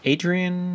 Adrian